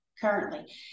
currently